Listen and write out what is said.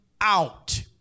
out